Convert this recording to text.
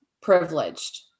privileged